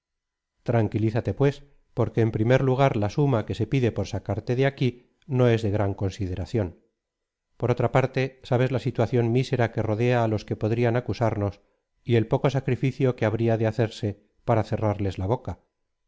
tranquilízate pues porque en primer lugar la suma platón obras completas edición de patricio de azcárate tomo adrid que se pide por sacarte de aquí no es de gran consideración por otra parte sabes la situación mísera que rodea á los que podrían acusamos y el poco sacrificio que habría de hacerse para cerrarles la boca